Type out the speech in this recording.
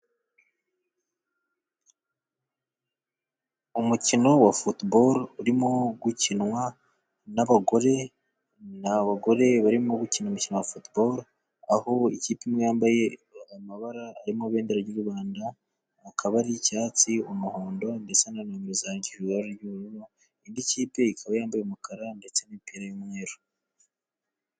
Umukino wa futuboro urimo gukinwa n'abagore, ni abagore barimo gukina umukino wa futuboro, aho ikipe imwe yambaye amabara arimo ibendera ry'u Rwanda, akaba ari icyatsi, umuhondo, ndetse na nimero zandikishijwe ibara ry'ubururu, indi kipe ikaba yambaye umukara ndetse n'imipira y'umweru.